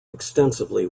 extensively